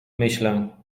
myślę